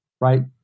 right